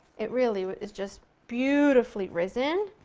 it really is just beautifully risen.